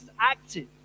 active